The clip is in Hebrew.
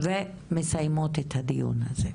ובזה אנחנו מסיימות את הדיון הזה.